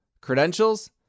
Credentials